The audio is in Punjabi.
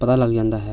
ਪਤਾ ਲੱਗ ਜਾਂਦਾ ਹੈ